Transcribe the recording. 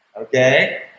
Okay